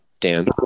Dan